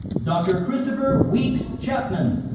dr. christopher weeks chapman.